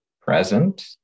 present